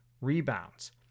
rebounds